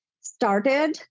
started